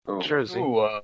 Jersey